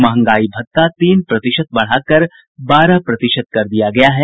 मंहगाई भत्ता तीन प्रतिशत बढ़ाकर बारह प्रतिशत कर दिया गया है